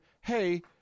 hey